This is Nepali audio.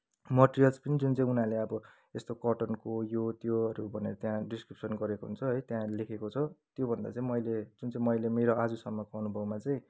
मटेरियल्स पनि जुन चाहिँ उनीहरूले अब यस्तो कटनको यो त्योहरू भनेर त्यहाँ डिस्क्रिप्सन गरेको हुन्छ है त्यहाँ लेखेको छ त्योभन्दा चाहिँ मैले जुन चाहिँ मैले मेरो आजसम्मको अनुभवमा चाहिँ